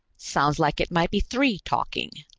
sounds like it might be three talking!